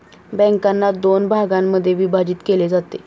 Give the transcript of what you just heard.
बँकांना दोन भागांमध्ये विभाजित केले जाते